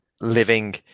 living